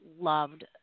loved